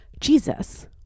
Jesus